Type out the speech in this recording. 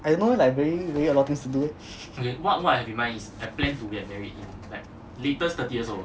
I don't know eh like very very a lot of things to do leh